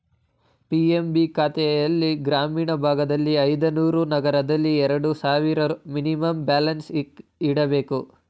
PMB ಖಾತೆಲ್ಲಿ ಗ್ರಾಮೀಣ ಭಾಗದಲ್ಲಿ ಐದುನೂರು, ನಗರದಲ್ಲಿ ಎರಡು ಸಾವಿರ ಮಿನಿಮಮ್ ಬ್ಯಾಲೆನ್ಸ್ ಇಡಬೇಕು